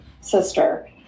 sister